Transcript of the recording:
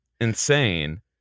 insane